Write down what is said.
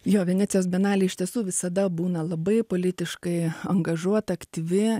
jo venecijos bienalė iš tiesų visada būna labai politiškai angažuota aktyvi